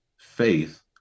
faith